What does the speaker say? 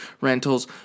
rentals